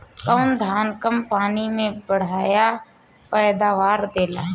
कौन धान कम पानी में बढ़या पैदावार देला?